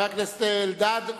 חבר הכנסת אלדד.